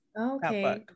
okay